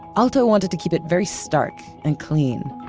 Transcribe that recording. aalto wanted to keep it very stark and clean,